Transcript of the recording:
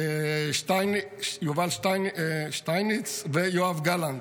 יובל שטייניץ ויואב גלנט.